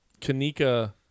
Kanika